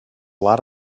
lot